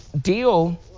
deal